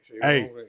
hey